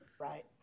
Right